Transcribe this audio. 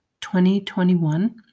2021